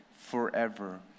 forever